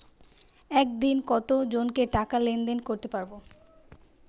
একদিন কত জনকে টাকা লেনদেন করতে পারবো?